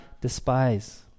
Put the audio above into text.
despise